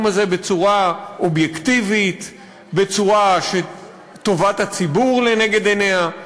הזה בצורה אובייקטיבית שטובת הציבור לנגד עיניה.